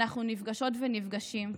אנחנו נפגשות ונפגשים.